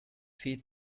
feed